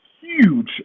huge